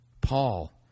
Paul